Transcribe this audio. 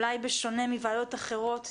אולי בשונה מוועדות אחרות,